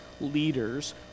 leaders